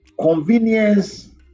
Convenience